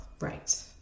Right